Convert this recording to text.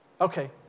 Okay